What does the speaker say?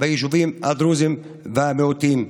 ביישובים הדרוזיים וביישובי המיעוטים,